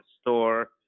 store